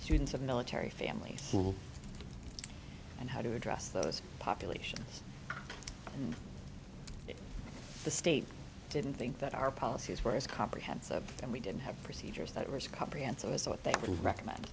students of military families and how to address those populations the state didn't think that our policies were as comprehensive and we didn't have procedures that was comprehensive as to what they would recommend